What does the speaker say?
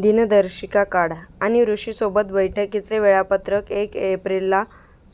दिनदर्शिका काढा आणि ऋषीसोबत बैठकीचे वेळापत्रक एक एप्रिलला